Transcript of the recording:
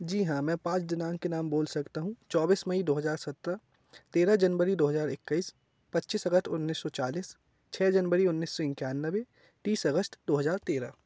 जी हाँ मैं पाँच दिनांक के नाम बोल सकता हूँ चौबीस मई दो हजार सत्रह तेरह जनवरी दो हजार इक्कीस पचीस अगस्त उन्नीस सौ चालीस छः जनवरी उन्नीस सौ इक्यानवे तीस अगस्त दो हजार तेरह